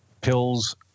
pills